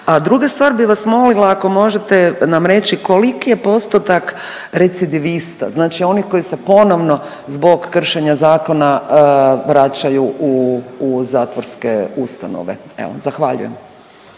A druga stvar bi vas molila ako možete nam reći koliki je postotak recidivista znači onih koji se ponovno zbog kršenja zakona vraćaju u, u zatvorske ustanove. Evo zahvaljujem.